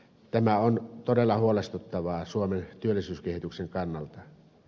tämä on todella huolestuttavaa suomen työllisyyskehityksen kannalta